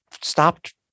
stopped